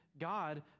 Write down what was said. God